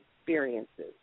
Experiences